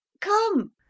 come